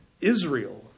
Israel